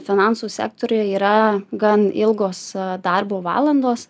finansų sektoriuje yra gan ilgos darbo valandos